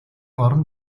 орон